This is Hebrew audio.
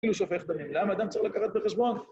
כאילו שופך בנים. למה אדם צריך לקחת בחשבון?